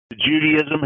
Judaism